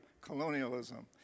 Colonialism